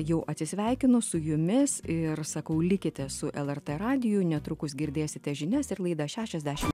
jau atsisveikinu su jumis ir sakau likite su lrt radiju netrukus girdėsite žinias ir laidą šešiasdešim